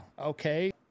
okay